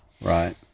Right